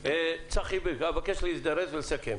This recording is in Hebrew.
צחי בירק, אבקש להזדרז ולסכם.